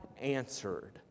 answered